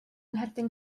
ngherdyn